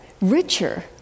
richer